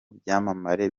byamamare